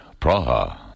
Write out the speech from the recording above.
Praha